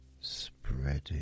spreading